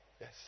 Yes